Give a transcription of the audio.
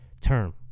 term